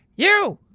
you!